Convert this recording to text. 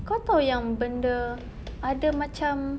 kau tahu yang benda ada macam